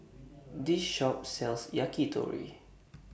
This Shop sells Yakitori